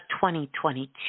2022